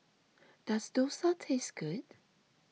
does Dosa taste good